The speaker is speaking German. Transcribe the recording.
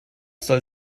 soll